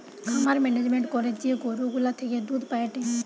খামার মেনেজমেন্ট করে যে গরু গুলা থেকে দুধ পায়েটে